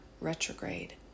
retrograde